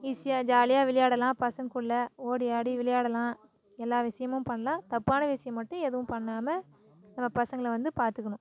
ஈஸியாக ஜாலியாக விளையாடலாம் பசங்களுக்குள்ள ஓடியாடி விளையாடலாம் எல்லாம் விஷயமும் பண்ணலாம் தப்பான விஷயம் மட்டும் எதுவும் பண்ணாமல் நம்ம பசங்களை வந்து பார்த்துக்கணும்